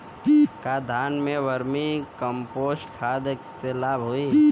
का धान में वर्मी कंपोस्ट खाद से लाभ होई?